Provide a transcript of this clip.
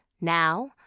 now